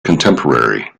contemporary